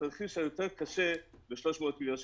ובתרחיש הקשה יותר 300 מיליון שקלים.